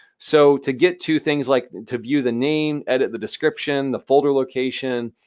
so, to get to things like to view the name, edit the description, the folder location,